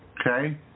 okay